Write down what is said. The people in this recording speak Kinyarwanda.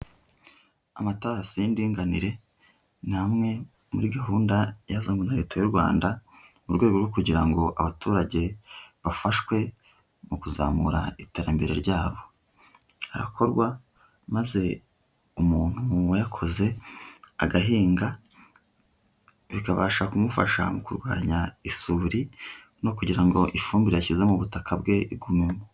Amatarasi y'indinganire ni amwe muri gahunda yazanwe na Leta y'u Rwanda mu rwego rwo kugira ngo abaturage bafashwe mu kuzamura iterambere ryabo, arakorwa maze umuntu wayakoze agahinga, bikabasha kumufasha mu kurwanya isuri no kugira ngo ifumbire yashyize mu butaka bwe igumemo.